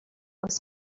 was